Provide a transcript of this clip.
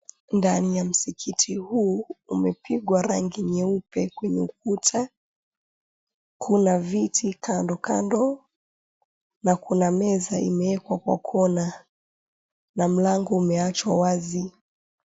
Ndani ya msikiti huu umepigwa rangi nyeupe kwenye ukuta. Kuna viti kandokando na kuna meza imewekwa kwa kona na mlango umewachwa wazi.